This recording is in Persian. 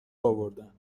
آوردن